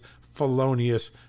felonious